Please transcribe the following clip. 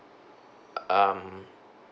um